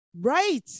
Right